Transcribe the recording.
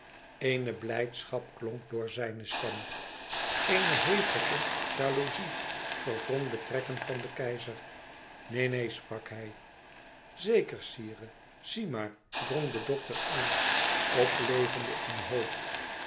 eene blijdschap klonk door zijne stem eene hevige jalouzie verwrong de trekken van den keizer neen neen sprak hij zeker sire zie maar drong de dokter aan oplevende in hoop